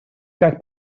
как